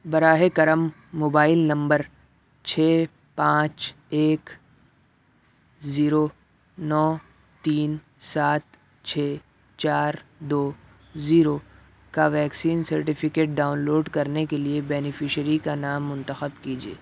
براہِ کرم mobile number چھ پانچ ایک زیرو نو تین سات چھ چار دو زیرو کا ویکسین سرٹیفکیٹ ڈاؤن لوڈ کرنے کے لیے بینیفشیری کا نام منتخب کیجیے